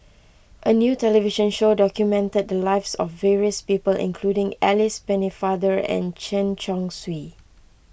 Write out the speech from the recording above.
a new television show documented the lives of various people including Alice Pennefather and Chen Chong Swee